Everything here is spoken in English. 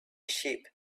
sheep